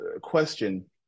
question